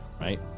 right